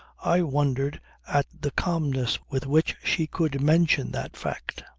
i wondered at the calmness with which she could mention that fact.